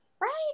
Right